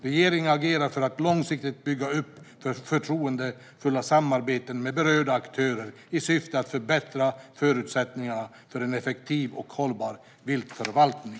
Regeringen agerar för att långsiktigt bygga upp förtroendefulla samarbeten med berörda aktörer i syfte att förbättra förutsättningarna för en effektiv och hållbar viltförvaltning.